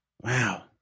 Wow